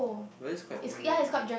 but that's quite old already